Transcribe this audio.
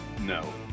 no